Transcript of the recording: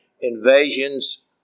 invasions